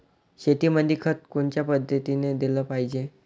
शेतीमंदी खत कोनच्या पद्धतीने देलं पाहिजे?